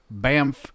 bamf